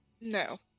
No